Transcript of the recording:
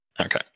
Okay